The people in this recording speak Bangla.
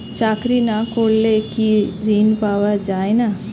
চাকরি না করলে কি ঋণ পাওয়া যায় না?